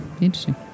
interesting